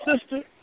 sister